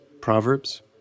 Proverbs